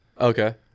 Okay